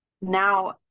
now